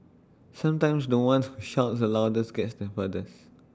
sometimes The One who shouts the loudest gets the furthest